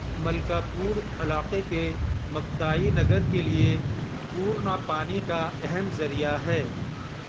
ملکاپور علاقے کے مکتائی نگر کے لیے پورنا پانی کا اہم ذریعہ ہے